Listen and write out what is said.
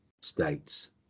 states